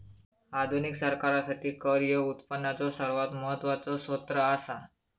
आधुनिक सरकारासाठी कर ह्यो उत्पनाचो सर्वात महत्वाचो सोत्र असा